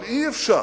אבל אי-אפשר